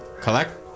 collect